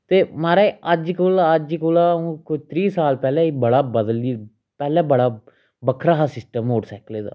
ते महाराज अज्ज कोला अज्ज कोला उयां कोई त्रीह् साल पैह्ले बड़ा बदली पैह्ले बड़ा बक्खरा हा सिस्टम मोटरसाइकलै दा